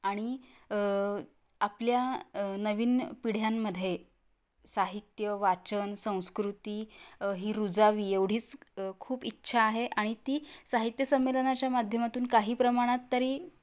आणि आपल्या नवीन पिढ्यांमध्ये साहित्य वाचन संस्कृती ही रुजावी एवढीच खूप इच्छा आहे आणि ती साहित्य संमेलनाच्या माध्यमातून काही प्रमाणात तरी